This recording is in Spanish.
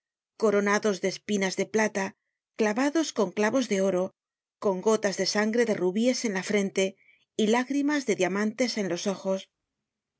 coronados de espinas de plata clavados con clavos de oro con gotas de sangre de rubíes en la frente y lágrimas de diamantes en ios ojos